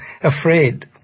afraid